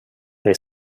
they